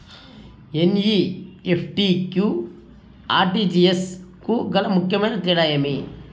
NEFT కు RTGS కు గల ముఖ్యమైన తేడా ఏమి?